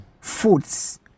foods